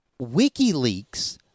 WikiLeaks